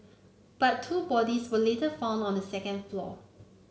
but two bodies were later found on the second floor